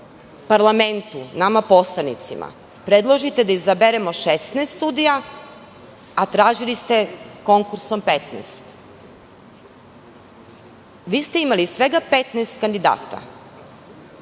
parlamentu, nama poslanicima, predložite da izaberemo 16 sudija, a tražili ste konkursom 15? Vi ste imali svega 15 kandidata